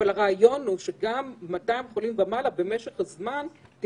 אני לא מכיר הרבה תהליכים שהרשות המחוקקת מתערבת בפרקי זמן כל כך